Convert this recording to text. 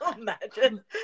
imagine